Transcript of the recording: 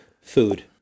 Food